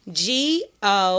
go